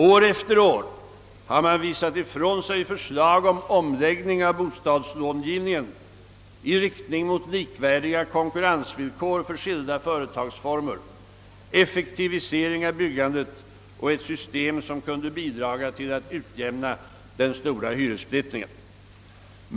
År efter år har man visat ifrån sig förslag om omläggning av bostadslångivningen i riktning mot likvärdiga konkurrensvillkor för skilda företagsgrupper, effektivisering av byggandet och ett system som kunde bidraga till att utjämna den stora hyressplittringen.